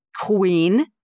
queen